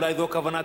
אולי זו הכוונה.